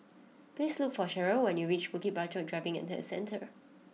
please look for Sheryl when you reach Bukit Batok Driving and Test Centre